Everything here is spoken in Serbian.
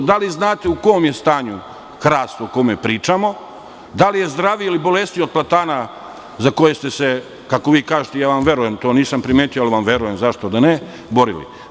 Da li znate u kom je stanju hrast o kome pričamo, da li je zdraviji ili bolesniji od platana za koje ste se, kako vi kažete, verujem vam to, nisam primetio, ali vam verujem zašto da ne, borili?